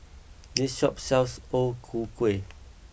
this shop sells O Ku Kueh